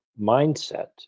mindset